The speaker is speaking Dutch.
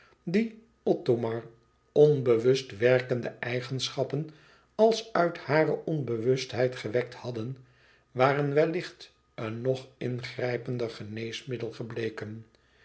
die othomars onbewust werkende eigenschappen als uit hare onbewustheid gewekt hadden waren wellicht een nog ingrijpender geneesmiddel gebleken